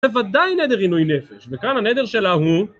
וודאי נדר עינוי נפש, וכאן הנדר שלה הוא...